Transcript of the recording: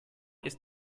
ist